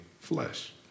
flesh